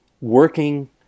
working